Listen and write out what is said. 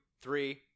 three